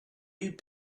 you